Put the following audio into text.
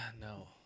No